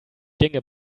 dinge